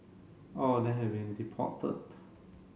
all of them have been deported